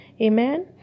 Amen